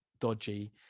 dodgy